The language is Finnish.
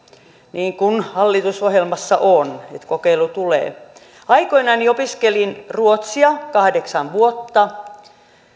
niin kuin hallitusohjelmassa on että kokeilu tulee aikoinani opiskelin ruotsia kahdeksan vuotta